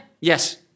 Yes